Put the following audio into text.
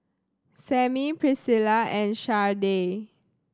Sammie Priscilla and Shardae